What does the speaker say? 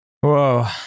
Whoa